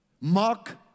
Mark